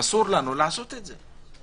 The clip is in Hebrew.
אסור לנו לעשות את זה.